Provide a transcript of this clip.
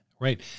right